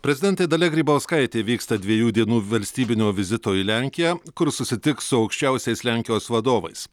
prezidentė dalia grybauskaitė vyksta dviejų dienų valstybinio vizito į lenkiją kur susitiks su aukščiausiais lenkijos vadovais